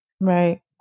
Right